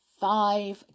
Five